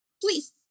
Please